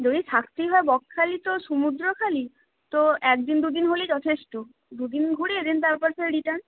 যদি থাকতেই হয় বকখালি তো সমুদ্র খালি তো এক দিন দু দিন হলেই যথেষ্ট দু দিন ঘুরে দেন তারপর সেই রিটার্ন